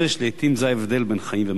לעתים זה ההבדל בין חיים ומוות.